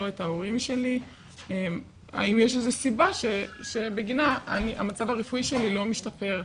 לא את ההורים שלי האם יש איזה סיבה שבגינה המצב הרפואי שלי לא משתפר.